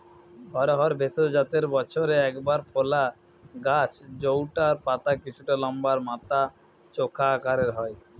অড়হর ভেষজ জাতের বছরে একবার ফলা গাছ জউটার পাতা কিছুটা লম্বা আর মাথা চোখা আকারের হয়